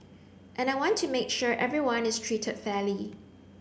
and I want to make sure everyone is treated fairly